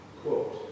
quote